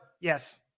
Yes